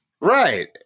Right